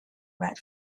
red